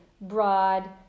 broad